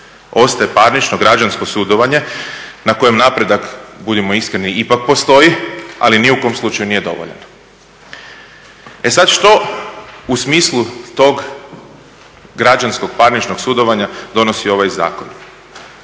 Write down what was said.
ostaje parnično, građansko sudovanje na kojem napredak budimo iskreni ipak postoji ali ni u kom slučaju nije dovoljan. E sad što u smislu tog građanskog, parničnog sudovanja donosi ovaj zakon?